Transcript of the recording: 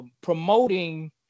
promoting